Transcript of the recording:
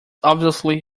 obviously